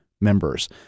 Members